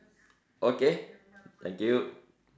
okay thank you